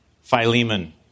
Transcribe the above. Philemon